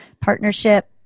partnership